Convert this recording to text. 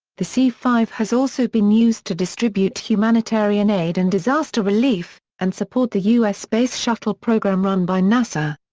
the c five has also been used to distribute humanitarian aid and disaster relief, and support the us space shuttle program run by nasa.